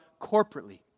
corporately